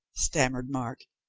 stammered mark,